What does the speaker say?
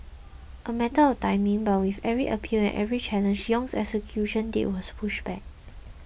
a matter of timing but with every appeal and every challenge Yong's execution date was pushed back